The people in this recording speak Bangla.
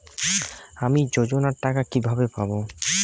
আমি যোজনার টাকা কিভাবে পাবো?